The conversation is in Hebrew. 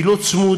היא לא צמודה.